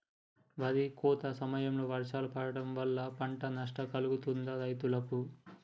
వరి కోత సమయంలో వర్షాలు పడటం వల్ల పంట నష్టం కలుగుతదా రైతులకు?